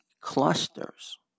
clusters